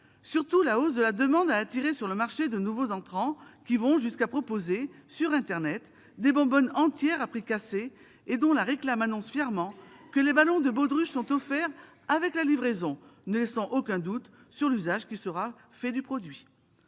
Surtout, la hausse de la demande a attiré sur le marché de nouveaux entrants, qui vont jusqu'à proposer sur internet des bonbonnes entières à prix cassé et dont la réclame annonce fièrement que les ballons de baudruche sont offerts avec la livraison- ne laissant aucun doute sur l'usage qui sera fait du produit.